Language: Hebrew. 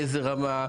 באיזה רמה,